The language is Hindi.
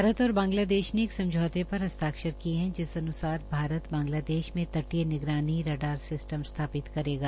भारत और बंगलादेश ने एक समझोते पर हस्ताक्षर किए हैं जिस अनुसार भारत बांगलादेश में तटीय निगरानी रडार सिस्टम स्थापित करेगा